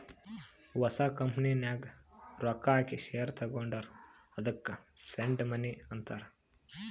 ಹೊಸ ಕಂಪನಿ ನಾಗ್ ರೊಕ್ಕಾ ಹಾಕಿ ಶೇರ್ ತಗೊಂಡುರ್ ಅದ್ದುಕ ಸೀಡ್ ಮನಿ ಅಂತಾರ್